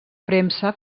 premsa